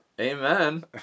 Amen